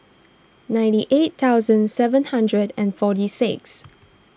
ninety eight thousand seven hundred and forty six